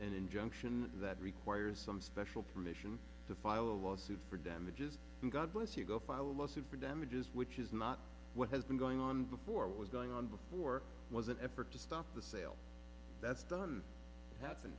an injunction that requires some special permission to file a lawsuit for damages and god bless you go file a lawsuit for damages which is not what has been going on before what was going on before was an effort to stop the sale that's done tha